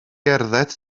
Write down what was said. gerdded